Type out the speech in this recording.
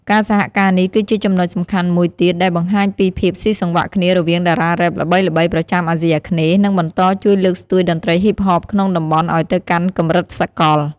ការសហការនេះគឺជាចំណុចសំខាន់មួយទៀតដែលបង្ហាញពីភាពស៊ីសង្វាក់គ្នារវាងតារារ៉េបល្បីៗប្រចាំអាស៊ីអាគ្នេយ៍ និងបន្តជួយលើកស្ទួយតន្ត្រីហ៊ីបហបក្នុងតំបន់ឱ្យទៅកាន់កម្រិតសកល។